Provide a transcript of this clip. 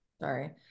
Sorry